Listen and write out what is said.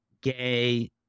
gay